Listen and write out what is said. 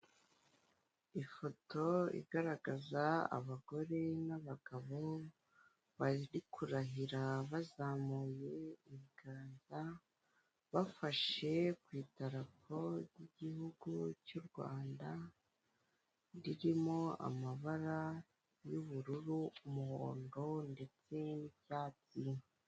Ifoto igaragaza abagore n'abagabo bari kurahira bazamuye ibiganza bafashe ku idarapo ry'igihugu cy'urwanda ririmo amabara y'ubururu, umuhondo ndetse n'icyatsi.